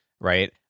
Right